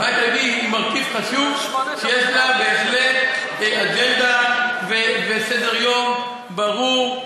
הבית היהודי היא מרכיב חשוב שיש לה בהחלט אג'נדה וסדר-יום ברור.